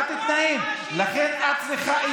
לכן את צריכה,